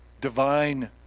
divine